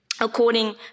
according